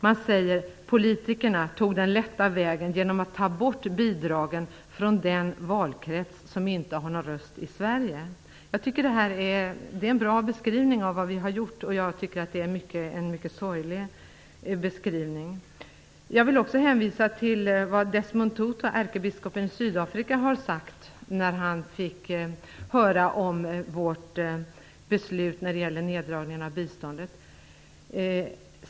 Man säger: Politikerna tog den lätta vägen genom att ta bort bidragen för den valkrets som inte har någon röst i Sverige. Jag tycker att det är en bra beskrivning av vad vi har gjort. Det är en mycket sorglig beskrivning. Jag vill också hänvisa till vad Desmond Tutu, ärkebiskopen i Sydafrika, har sagt när han fick höra om vårt beslut att dra ner på biståndet.